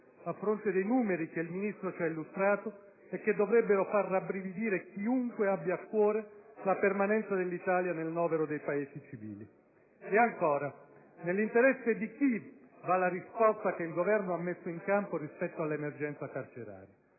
a fronte dei numeri che il Ministro ci ha illustrato e che dovrebbero far rabbrividire chiunque abbia a cuore la permanenza dell'Italia nel novero dei Paesi civili? Ancora: nell'interesse di chi va la risposta che il Governo ha messo in campo rispetto all'emergenza carceraria?